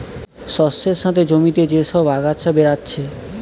শস্যের সাথে জমিতে যে সব আগাছা বেরাচ্ছে